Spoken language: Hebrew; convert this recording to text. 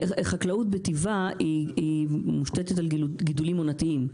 חקלאות בטיבה מושתתת על גידולים עונתיים,